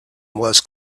was